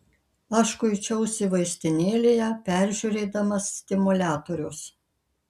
aš kuičiausi vaistinėlėje peržiūrinėdamas stimuliatorius